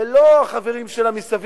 ולא החברים שלה מסביב,